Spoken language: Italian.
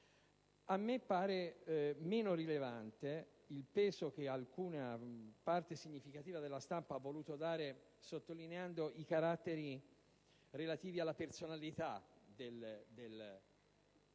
A me pare meno rilevante il peso che parte significativa della stampa ha voluto dare sottolineando i caratteri della personalità dell'uomo,